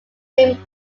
room